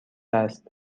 است